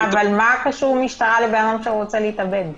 מה קשור משטרה אם אדם רוצה להתאבד?